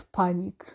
panic